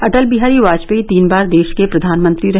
अटल बिहारी वाजपेयी तीन बार देश के प्रधानमंत्री रहे